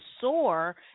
soar